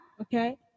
okay